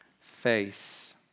face